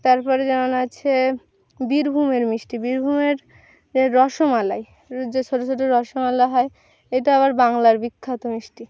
তারপরে যেমন আছে বীরভূমের মিষ্টি বীরভূমের রসমালাই যে ছোটো ছোটো রসমালাই হয় এটা আবার বাংলার বিখ্যাত মিষ্টি